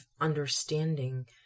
understanding